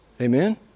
Amen